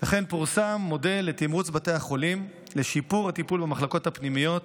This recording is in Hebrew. וכן פורסם מודל לתמרוץ בתי החולים לשיפור הטיפול במחלקות הפנימיות